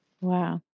Wow